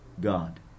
God